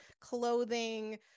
clothing